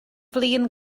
flin